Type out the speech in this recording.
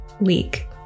week